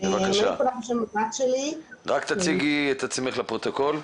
רק הציגי את עצמך לפרוטוקול.